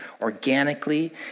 organically